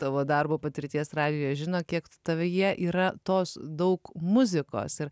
tavo darbo patirties radijuje žino kiek tavyje yra tos daug muzikos ir